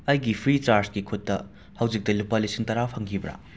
ꯑꯩꯒꯤ ꯐ꯭ꯔꯤꯆꯥꯔꯁꯀꯤ ꯈꯨꯠꯇ ꯍꯧꯖꯤꯛꯇ ꯂꯨꯄꯥ ꯂꯤꯁꯤꯡ ꯇꯔꯥ ꯐꯪꯈꯤꯕꯔ